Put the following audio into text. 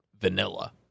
vanilla